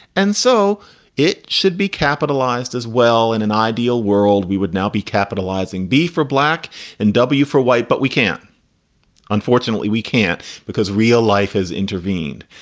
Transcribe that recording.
and so it should be capitalized as well. in an ideal world, we would now be capitalizing be for black and w for white. but we can unfortunately we can't because real life has intervened.